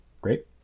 Great